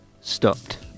stopped